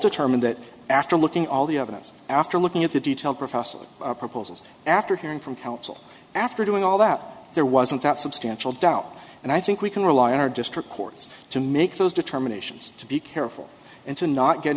determine that after looking at all the evidence after looking did you tell professor proposals after hearing from counsel after doing all that there wasn't that substantial doubt and i think we can rely on our district courts to make those determinations to be careful and to not get